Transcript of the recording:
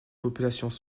populations